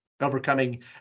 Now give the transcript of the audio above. Overcoming